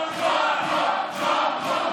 כל ההתיישבות ביהודה ושומרון,